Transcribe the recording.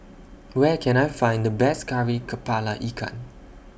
Where Can I Find The Best Kari Kepala Ikan